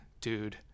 dude